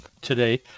today